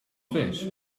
fish